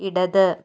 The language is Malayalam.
ഇടത്